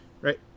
right